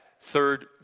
third